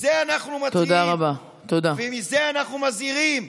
על זה אנחנו מתריעים ומזה אנחנו מזהירים.